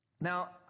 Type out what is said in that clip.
Now